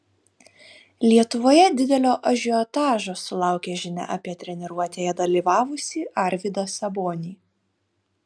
lietuvoje didelio ažiotažo sulaukė žinia apie treniruotėje dalyvavusį arvydą sabonį